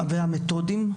והמתודיים,